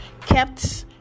kept